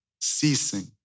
ceasing